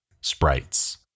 sprites